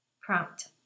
Prompt